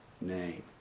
name